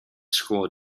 school